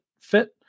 fit